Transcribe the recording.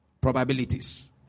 Probabilities